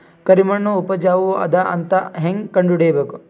ಕರಿಮಣ್ಣು ಉಪಜಾವು ಅದ ಅಂತ ಹೇಂಗ ಕಂಡುಹಿಡಿಬೇಕು?